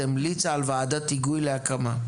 המליצה על ועדת היגוי להקמה?